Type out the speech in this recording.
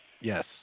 Yes